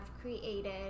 created